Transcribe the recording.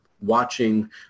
watching